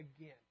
again